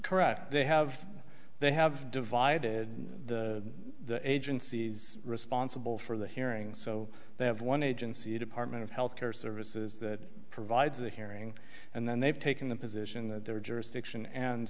correct they have they have divided the agencies responsible for the hearing so they have one agency a department of health care services that provides a hearing and then they've taken the position that their jurisdiction and